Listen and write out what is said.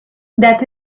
that